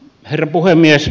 herra puhemies